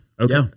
okay